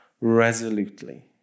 resolutely